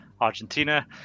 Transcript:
argentina